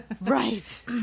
Right